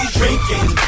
drinking